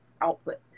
output